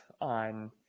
on